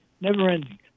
never-ending